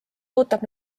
ootab